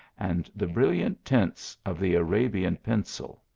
and the brilliant tints of the arabian pencil.